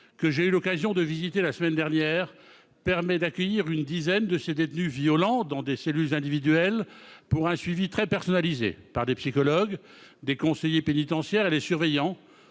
que j'ai eu l'occasion de visiter la semaine dernière, permet d'accueillir une dizaine de ces « détenus violents » dans des cellules individuelles, pour un suivi très personnalisé par des psychologues, des conseillers pénitentiaires et des surveillants.